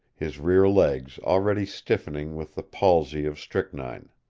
his rear legs already stiffening with the palsy of strychnine.